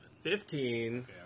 Fifteen